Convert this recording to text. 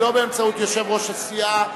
לא באמצעות יושב-ראש הסיעה,